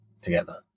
together